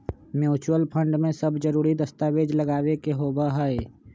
mutual fund में सब जरूरी दस्तावेज लगावे के होबा हई